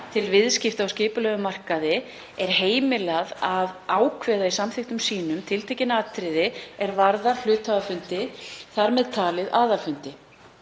til viðskipta á skipulegum markaði er heimilað að ákveða í samþykktum sínum tiltekin atriði er varða hluthafafundi, þ.m.t. aðalfundi.